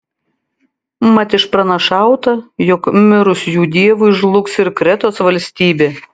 mat išpranašauta jog mirus jų dievui žlugs ir kretos valstybė